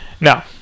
Now